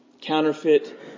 counterfeit